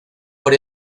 por